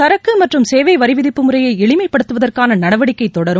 சரக்கு மற்றும் சேவை வரி விதிப்பு முறையை எளிமை படுத்துவதற்கான நடவடிக்கை தொடரும்